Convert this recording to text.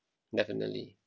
definitely